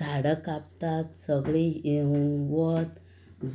झाडां कापतात सगळीं वत